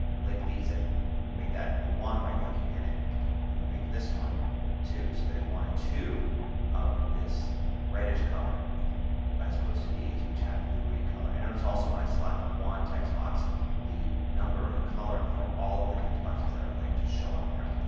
link these. ah make that a one by clicking in it and we'll make this one so there's one and two of this reddish color as opposed to these which have the green color. and notice also when i select one text box the number and the color for all of the text boxes that are linked show up there.